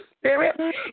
spirit